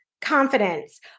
confidence